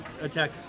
attack